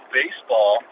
baseball